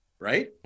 right